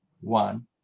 one